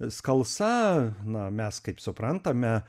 skalsa na mes kaip suprantame